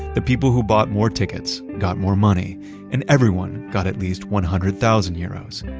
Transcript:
the people who bought more tickets got more money and everyone got at least one hundred thousand euros.